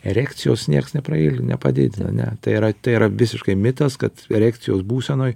erekcijos nieks neprail nepadidina ne tai yra tai yra visiškai mitas kad erekcijos būsenoj